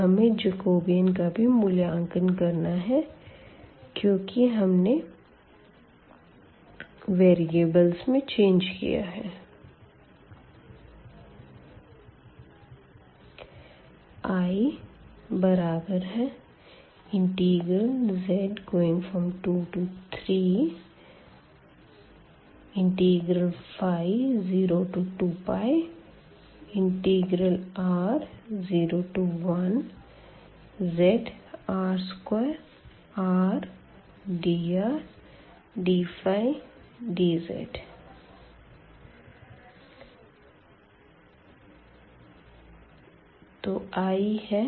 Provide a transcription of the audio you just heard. अब हमें जैकोबियन का भी मूल्यांकन करना है क्यूंकि हमने वेरिएबल्स में बदलाव किया है